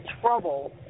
trouble